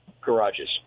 garages